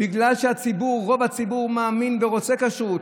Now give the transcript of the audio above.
בגלל שרוב הציבור מאמין ורוצה כשרות.